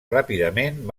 ràpidament